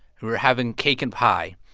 we were having cake and pie.